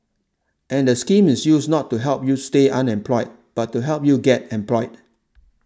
and the scheme is used not to help you stay unemployed but to help you get employed